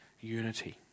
unity